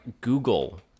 Google